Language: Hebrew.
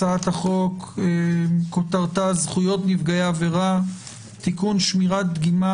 הצעת החוק כותרתה זכויות נפגעי עבירה (תיקון שמירת דגימה